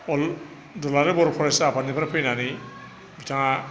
दुलाराय बर' फरायसा आफादनिफ्राय फैनानै बिथाङा